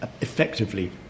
Effectively